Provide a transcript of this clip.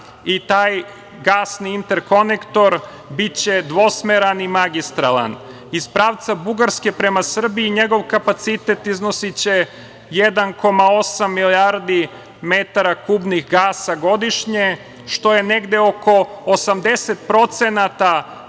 i taj gasni interkonektor biće dvosmeran i magistralan. Iz pravca Bugarske prema Srbiji, njegov kapacitet iznosiće 1,8 milijardi metara kubnih gasa godišnje, što je negde oko 80% trenutnih